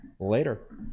Later